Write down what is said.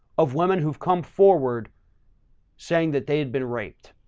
of women who've come forward saying that they had been raped.